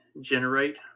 generate